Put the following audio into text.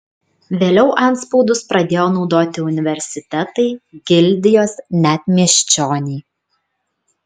vėliau antspaudus pradėjo naudoti universitetai gildijos net miesčioniai